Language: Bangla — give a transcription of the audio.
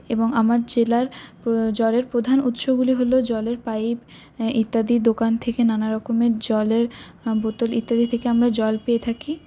এবং আমার জেলার জলের প্রধান উৎসগুলি হল জলের পাইপ ইত্যাদির দোকান থেকে নানা রকমের জলের বোতল ইত্যাদি থেকে আমরা জল পেয়ে থাকি